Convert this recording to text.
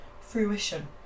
fruition